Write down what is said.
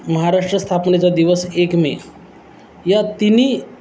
महाराष्ट्र स्थापनेचा दिवस एक मे या तीन